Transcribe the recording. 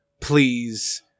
please